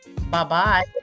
Bye-bye